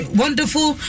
wonderful